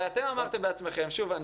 הרי אתם אמרתם בעצמכם שוב,